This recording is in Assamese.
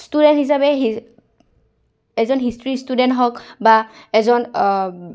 ষ্টুডেণ্ট হিচাপে এজন হিষ্ট্ৰী ষ্টুডেণ্ট হওক বা এজন